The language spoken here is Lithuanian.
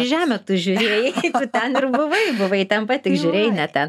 į žemę tu žiūrėjai tu ten buvai buvai ten pat tik žiūrėjai ne ten